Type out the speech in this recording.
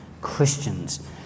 Christians